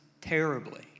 terribly